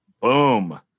Boom